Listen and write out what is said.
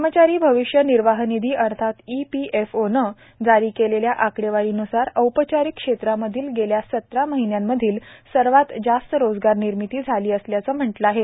कर्मचारी भविष्य निर्वाह निधी अर्थात ई पी एफ ओनं जारी केलेल्या आकडेवारी नुसार औपचारिक क्षेत्रामधील गेल्या सतरा महिन्यांमधील सर्वात जास्त रोजगार निर्मिती निर्मिती झाली असल्याचं म्हटलं आहे